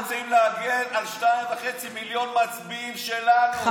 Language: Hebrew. אנחנו רוצים להגן על שניים וחצי מיליון מצביעים שלנו,